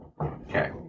Okay